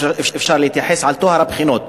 אפשר להתייחס לטוהר הבחינות,